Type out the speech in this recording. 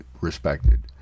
respected